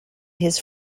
his